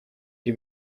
ari